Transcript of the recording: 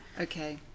Okay